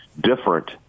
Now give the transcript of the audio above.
different